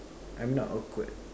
I'm not awkward